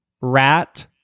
Rat